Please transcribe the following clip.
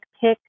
pick